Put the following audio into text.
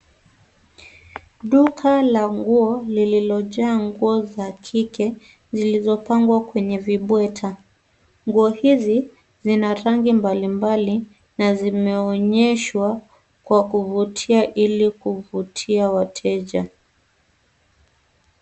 Duka la nguo lililojaa nguo za kike zilizopangwa kwenye vibweta. Nguo hizi zina rangi mbalimbali na zimeonyeshwa kwa kuvutia ili kuvutia wateja.